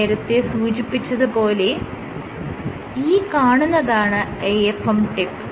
നേരത്തെ സൂചിപ്പിച്ചത് പോലെ ഈ കാണുന്നതാണ് AFM ടിപ്പ്